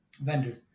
vendors